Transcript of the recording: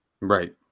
Right